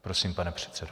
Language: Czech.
Prosím, pane předsedo.